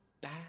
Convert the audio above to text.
bad